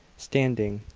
standing.